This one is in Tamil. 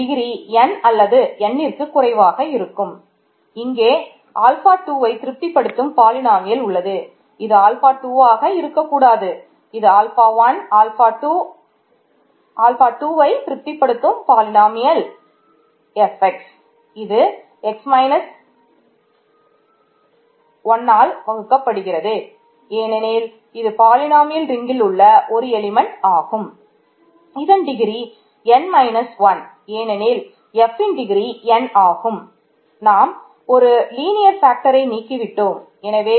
இதன் டிகிரி 2 2